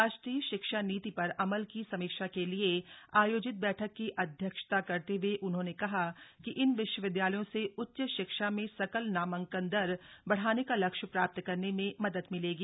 राष्ट्रीय शिक्षा नीति पर अमल की समीक्षा के लिए आयोजित बैठक की अध्यक्षता करते हुए उन्होंने कहा कि इन विश्वविद्यालयों से उच्च शिक्षा में सकल नामांकन दर बढ़ाने का लक्ष्य प्राप्त करने में मदद मिलेगी